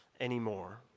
anymore